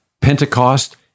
Pentecost